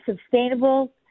sustainable